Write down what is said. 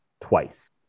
twice